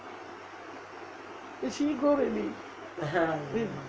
she go already